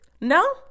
No